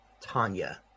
Tanya